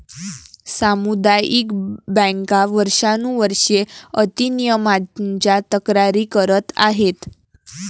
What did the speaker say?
सामुदायिक बँका वर्षानुवर्षे अति नियमनाच्या तक्रारी करत आहेत